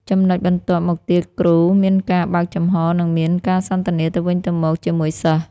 ចំណុចបន្ទាប់មកទៀតគ្រូមានការបើកចំហរ និងមានការសន្ទនាទៅវិញទៅមកជាមួយសិស្ស។